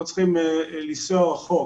לא צריכים לנסוע רחוק.